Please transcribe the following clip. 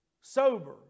sober